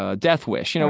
ah death wish, you know